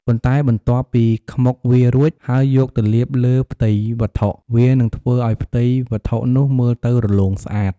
ប៉ុន្តែបន្ទាប់ពីខ្មុកវារួច ហើយយកទៅលាបលើផ្ទៃវត្ថុ វានឹងធ្វើឱ្យផ្ទៃវត្ថុនោះមើលទៅរលោងស្អាត